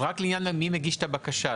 רק לעניין מי מגיש את הבקשה.